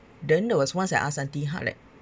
then there was once I ask auntie !huh! like